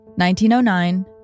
1909